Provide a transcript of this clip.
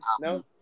No